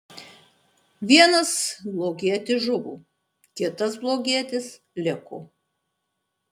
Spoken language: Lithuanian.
vienas blogietis žuvo kitas blogietis liko